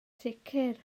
sicr